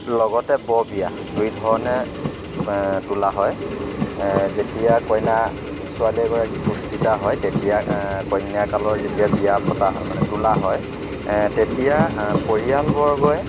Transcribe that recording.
লগতে বৰ বিয়া দুই ধৰণে তোলা হয় যেতিয়া কইনা ছোৱালী এগৰাকী পুষ্পিতা হয় তেতিয়া কন্যাকালৰ যেতিয়া বিয়া পতা মানে তোলা হয় তেতিয়া পৰিয়াল বৰ্গই